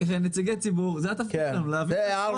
וכנציגי ציבור עלינו להבין ואני לא הבנתי.